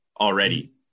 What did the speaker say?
already